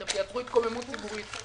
אתם תייצרו התקוממות ציבורית.